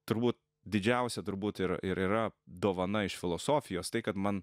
turbūt didžiausia turbūt ir ir yra dovana iš filosofijos tai kad man